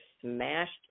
smashed